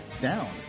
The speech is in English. down